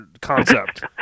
concept